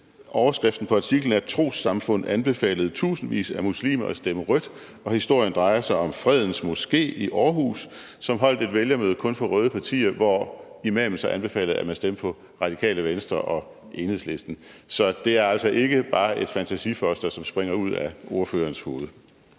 Overskriften på artiklen er »Trossamfund anbefalede tusindvis af muslimer at stemme rødt«, og historien drejer sig om Fredens Moské i Aarhus, som holdt et vælgermøde kun for røde partier, hvor imamen så anbefalede, at man stemte på Radikale Venstre og Enhedslisten. Så det er altså ikke bare et fantasifoster, som springer ud af ordførerens hoved.